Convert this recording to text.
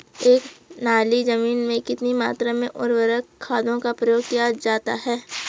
एक नाली जमीन में कितनी मात्रा में उर्वरक खादों का प्रयोग किया जाता है?